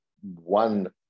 one